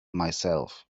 myself